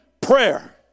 prayer